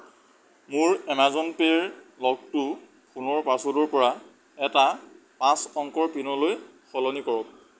মোৰ এমেজন পে'ৰ লকটো ফোনৰ পাছৱৰ্ডৰ পৰা এটা পাঁচ অংকৰ পিনলৈ সলনি কৰক